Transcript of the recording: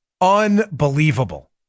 Unbelievable